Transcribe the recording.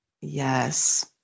Yes